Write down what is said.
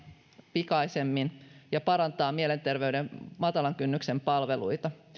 pikaisemmin ja parantaa mielenterveyden matalan kynnyksen palveluita